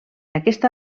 aquesta